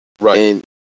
Right